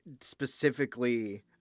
specifically